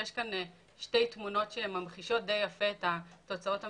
יש כאן שתי תמונות שממחישות די יפה את התוצאות המספריות.